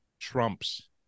trumps